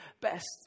best